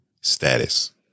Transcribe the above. status